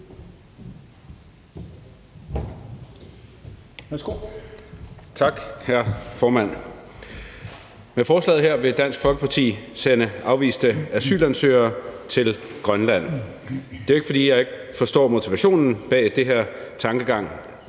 Tak, formand. Med forslaget her vil Dansk Folkeparti sende afviste asylansøgere til Grønland. Det er jo ikke, fordi jeg ikke forstår motivationen bag den her tankegang.